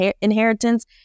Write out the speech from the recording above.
inheritance